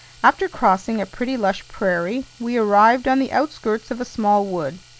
after crossing a pretty lush prairie, we arrived on the outskirts of a small wood,